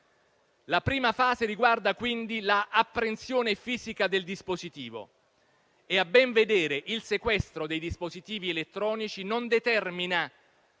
La prima fase riguarda quindi la apprensione fisica del dispositivo. A ben vedere, il sequestro dei dispositivi elettronici non determina